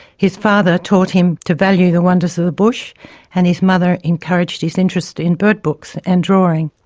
his father taught him to value the wonders of the bush and his mother encouraged his interest in bird books and drawing.